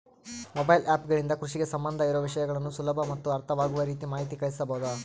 Mobile app ಗಳಿಂದ ಕೃಷಿಗೆ ಸಂಬಂಧ ಇರೊ ವಿಷಯಗಳನ್ನು ಸುಲಭ ಮತ್ತು ಅರ್ಥವಾಗುವ ರೇತಿ ಮಾಹಿತಿ ಕಳಿಸಬಹುದಾ?